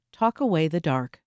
talkawaythedark